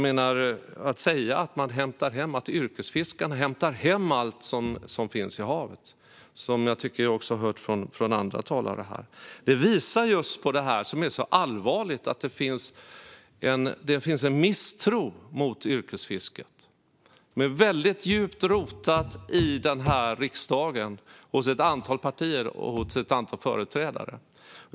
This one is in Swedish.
Detta att man säger att yrkesfiskarna hämtar hem allt som finns i havet - något som jag tycker att jag hört också från andra talare här - visar på det som är så allvarligt: Det finns en misstro mot yrkesfisket som är djupt rotad i denna riksdag hos ett antal partier och hos ett antal företrädare.